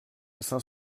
cinq